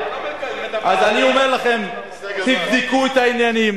אז אני אומר לכם, תבדקו את העניינים,